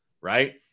right